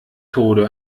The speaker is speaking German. tode